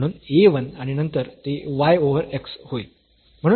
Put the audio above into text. म्हणून a 1 आणि नंतर ते y ओव्हर x होईल